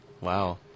Wow